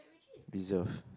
reserve